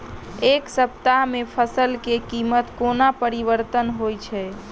एक सप्ताह मे फसल केँ कीमत कोना परिवर्तन होइ छै?